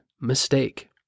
mistake